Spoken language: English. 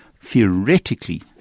theoretically